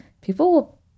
people